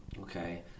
Okay